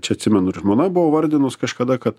čia atsimenu ir žmona buvo vardinus kažkada kad